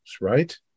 right